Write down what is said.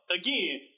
again